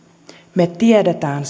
me tiedämme